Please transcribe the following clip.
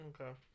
Okay